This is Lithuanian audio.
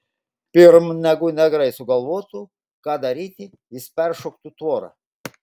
pirm negu negrai sugalvotų ką daryti jis peršoktų tvorą